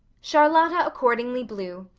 charlotta accordingly blew,